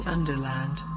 Underland